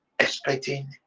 expecting